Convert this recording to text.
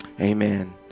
amen